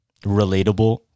relatable